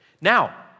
Now